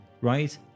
right